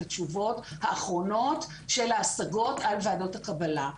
התשובות האחרונות של ההשגות על ועדות הקבלה.